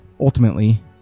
Ultimately